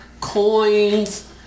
coins